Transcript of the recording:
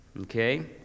Okay